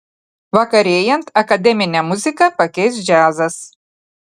vakarėjant akademinę muziką pakeis džiazas